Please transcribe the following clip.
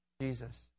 Jesus